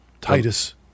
Titus